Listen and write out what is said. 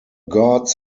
gods